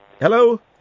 Hello